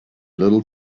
little